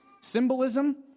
symbolism